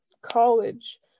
college